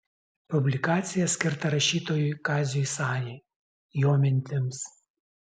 publikacija skirta rašytojui kaziui sajai jo mintims